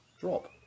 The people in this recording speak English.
drop